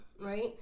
right